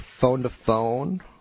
phone-to-phone